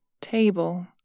table